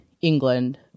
England